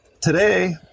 today